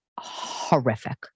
horrific